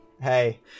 Hey